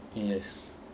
yes